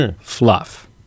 fluff